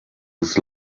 des